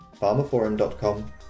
pharmaforum.com